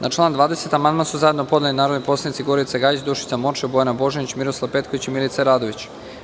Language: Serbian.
Na član 20. amandman su zajedno podneli narodni poslanici Gorica Gajić, Dušica Morčev, Bojana Božanić, Miroslav Petković i Milica Radović.